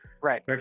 right